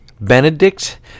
Benedict